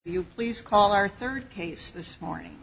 you please call our third case this morning